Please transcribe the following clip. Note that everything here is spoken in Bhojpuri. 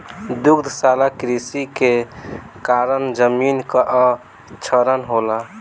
दुग्धशाला कृषि के कारण जमीन कअ क्षरण होला